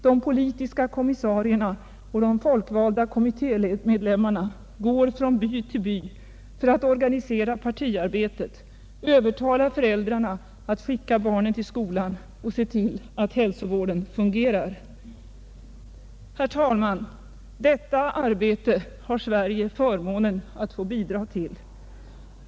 De politiska kommissarierna och de folkvalda kommittémedlemmarna går från by till by för att organisera partiarbetet, övertala föräldrarna att skicka barnen till skolan och se till att hälsovården fungerar. Herr talman! Detta arbete har Sverige förmånen att få bidra till.